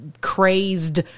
crazed